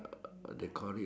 uh they call it